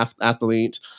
athlete